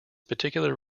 particular